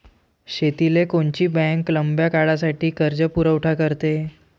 शेतीले कोनची बँक लंब्या काळासाठी कर्जपुरवठा करते?